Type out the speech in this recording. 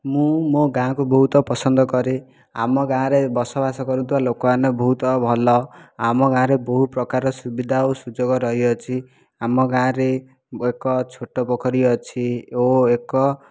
ମୁଁ ମୋ' ଗାଁକୁ ବହୁତ ପସନ୍ଦ କରେ ଆମ ଗାଁରେ ବସବାସ କରୁଥିବା ଲୋକମାନେ ବହୁତ ଭଲ ଆମ ଗାଁରେ ବହୁପ୍ରକାର ସୁବିଧା ଓ ସୁଯୋଗ ରହିଅଛି ଆମ ଗାଁରେ ଏକ ଛୋଟ ପୋଖରୀ ଅଛି ଓ ଏକ